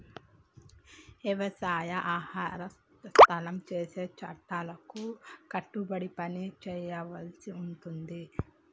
వ్యవసాయ ఆహార సంస్థ చేసే చట్టాలకు కట్టుబడి పని చేయాల్సి ఉంటది